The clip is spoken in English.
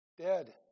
Dead